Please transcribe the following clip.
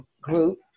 group